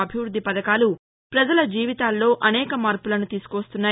అభివృద్ది పధకాలు పజల జీవితాలలో అనేక మార్పులను తీసుకువస్తున్నాయి